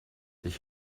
ich